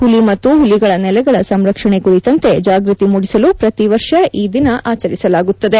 ಹುಲಿ ಮತ್ತು ಹುಲಿಗಳ ನೆಲೆಗಳ ಸಂರಕ್ಷಣೆ ಕುರಿತಂತೆ ಜಾಗೃತಿ ಮೂಡಿಸಲು ಪ್ರತಿ ವರ್ಷ ಈ ದಿನ ಆಚರಿಸಲಾಗುತ್ತಿದೆ